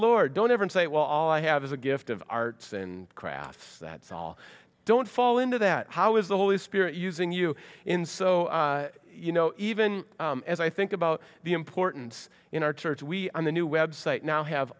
lord don't ever say well all i have is a gift of arts and crafts that's all don't fall into that how is the holy spirit using you in so you know even as i think about the importance in our church we are the new website now have